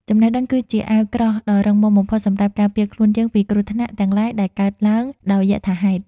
ចំណេះដឹងគឺជាអាវក្រោះដ៏រឹងមាំបំផុតសម្រាប់ការពារខ្លួនយើងពីគ្រោះថ្នាក់ទាំងឡាយដែលកើតឡើងដោយយថាហេតុ។